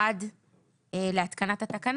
ביום כניסתן